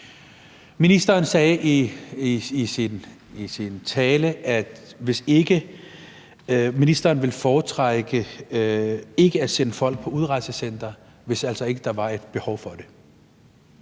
Ministeren sagde i sin tale, at ministeren ville foretrække ikke at sende folk på udrejsecentre, hvis altså ikke der var et behov for det.